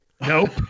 nope